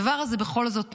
הדבר הזה בכל זאת נרשם.